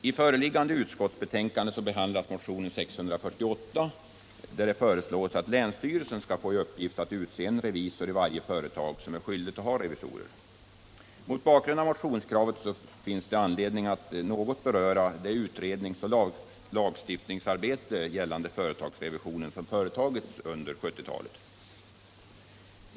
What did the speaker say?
I föreliggande utskottsbetänkande behandlas motionen 648, vari föreslås att länsstyrelsen skall få i uppgift att utse en revisor i varje företag som är skyldigt att ha revisor. Mot bakgrund av motionskravet finns det anledning att något beröra det utredningsoch lagstiftningsarbete gällande bl.a. företagsrevisionen som bedrivits under 1970-talet.